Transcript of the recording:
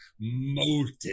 molten